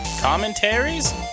commentaries